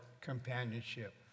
companionship